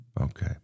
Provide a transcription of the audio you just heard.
Okay